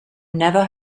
never